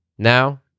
Now